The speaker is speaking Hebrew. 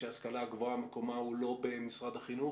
שהשכלה הגבוהה מקומה הוא לא משרד החינוך,